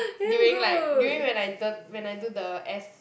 during like during when I d~ when I do the S